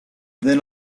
then